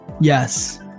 yes